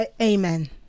Amen